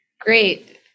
Great